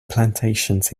plantations